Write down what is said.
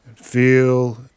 Feel